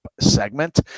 segment